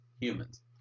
humans